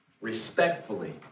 respectfully